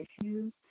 issues